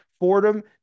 Fordham